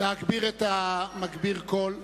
להגביר את מגביר הקול.